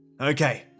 Okay